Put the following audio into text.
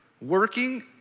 working